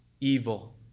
evil